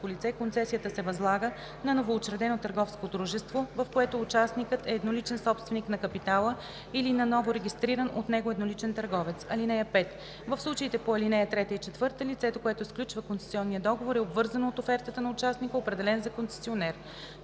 лице, концесията се възлага на новоучредено търговско дружество, в което участникът е едноличен собственик на капитала, или на новорегистриран от него едноличен търговец. (5) В случаите по ал. 3 и 4 лицето, което сключва концесионния договор, е обвързано от офертата на участника, определен за концесионер.